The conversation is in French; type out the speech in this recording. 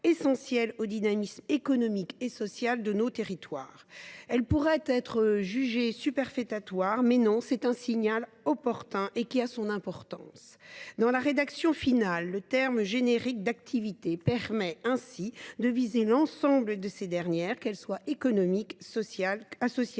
essentiels au dynamisme économique et social de nos campagnes. Elle pourrait être jugée superfétatoire, mais c’est un signal opportun qui a son importance. Dans la rédaction finale, le terme générique « activités » permet de viser l’ensemble de ces dernières, qu’elles soient économiques, sociales, culturelles